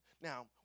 Now